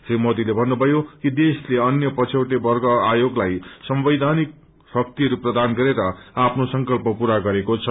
श्री मोदीले भन्नुभयो कि देशले अन्य पछौटे वर्ग आयोगलाई संवैधानिक शक्तिहरू प्रदान गरेर आफ्नो संकल्प पूरा गरेको छ